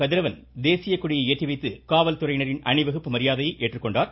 கதிரவன் தேசியக் கொடியை ஏற்றி வைத்து காவல்துறையினரின் அணிவகுப்பு மரியாதையை ஏற்றுக்கொண்டார்